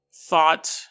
thought